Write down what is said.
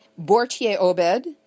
Bortier-Obed